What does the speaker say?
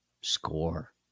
score